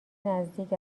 نزدیک